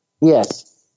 Yes